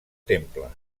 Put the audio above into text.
temple